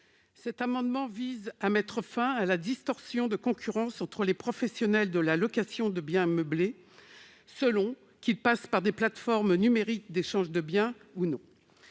Cet amendement vise à mettre fin à la distorsion de concurrence entre les professionnels de la location de biens meublés selon qu'ils passent par des plateformes numériques d'échange de biens ou non.